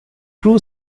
true